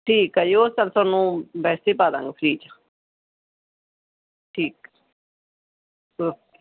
ਠੀਕ ਆ ਜੀ ਉਹ ਸਭ ਤੁਹਾਨੂੰ ਵੈਸੇ ਪਾ ਦਾਂਗੇ ਫ੍ਰੀ 'ਚ ਠੀਕ ਓਕੇ